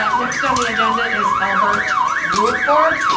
like next on the agenda is albert ruleford.